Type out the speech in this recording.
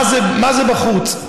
מה זה "בחוץ"?